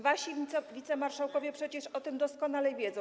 Wasi wicemarszałkowie przecież o tym doskonale wiedzą.